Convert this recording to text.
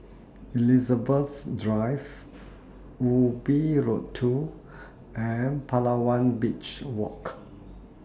Elizabeth Drive Ubi Road two and Palawan Beach Walk